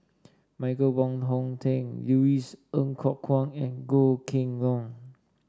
Michael Wong Hong Teng Louis Ng Kok Kwang and Goh Kheng Long